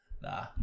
Nah